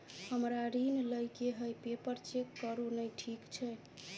हमरा ऋण लई केँ हय पेपर चेक करू नै ठीक छई?